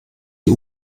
die